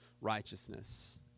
righteousness